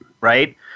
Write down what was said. Right